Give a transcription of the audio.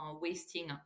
wasting